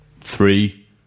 three